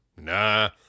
Nah